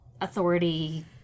authority